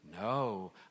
No